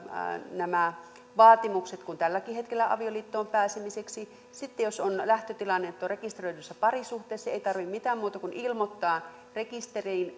nämä vaatimukset kuin tälläkin hetkellä avioliittoon pääsemiseksi sitten jos on lähtötilanne että on rekisteröidyssä parisuhteessa ei ei tarvitse mitään muuta kuin ilmoittaa rekisteriin